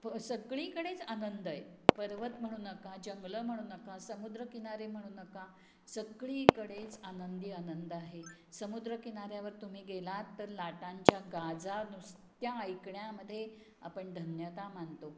सगळीकडेच आनंद आहे पर्वत म्हणू नका जंगलं म्हणू नका समुद्रकिनारे म्हणू नका सगळीकडेच आनंदीआनंद आहे समुद्रकिनाऱ्यावर तुम्ही गेलात तर लाटांच्या गाजा नुसत्या ऐकण्यामध्ये आपण धन्यता मानतो